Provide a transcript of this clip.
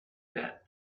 that